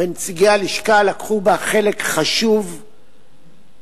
ונציגי הלשכה לקחו בה חלק חשוב ומיוחד.